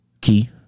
Key